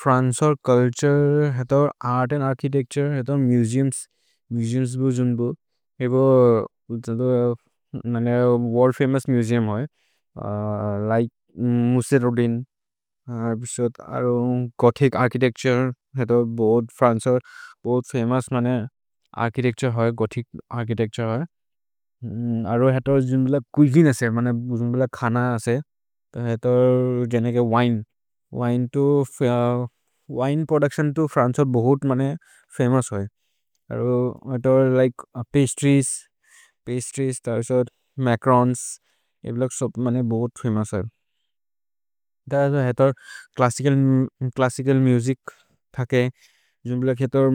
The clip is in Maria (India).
François culture, art and architecture, museums, museums बुजुम्बु एबो जदु वोर्ल्द् फमोउस् मुसेउम् होइ लिके मोउस्सेर् रोउदिन्, गोथिच् अर्छितेच्तुरे फ्रन्çओइस् बुजुम्बु बोहोत् फमोउस् अर्छितेच्तुरे होइ, गोथिच् अर्छितेच्तुरे होइ अरो जदु जुम्बुल चुइसिने असे, जुम्बुल खन असे विने, विने प्रोदुच्तिओन् तो फ्रन्çओइस् बोहोत् फमोउस् होइ। अरो जदु लिके पस्त्रिएस्, पस्त्रिएस्, मचरोन्स्, एबोलक् बोहोत् फमोउस् होइ जदु जदु च्लस्सिचल् मुसिच् थके। जुम्बुल खेतुर्